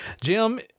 Jim